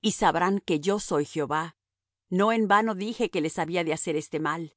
y sabrán que yo soy jehová no en vano dije que les había de hacer este mal